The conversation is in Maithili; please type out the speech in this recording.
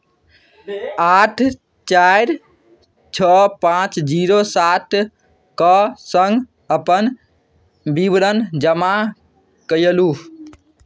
आठ चारि छओ पाँच जीरो सातके सङ्ग अपन विवरण जमा कयलहुँ